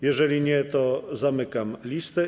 Jeżeli nie, to zamykam listę.